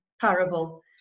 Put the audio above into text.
parable